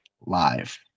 live